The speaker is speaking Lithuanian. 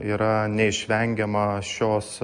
yra neišvengiama šios